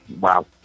Wow